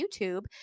YouTube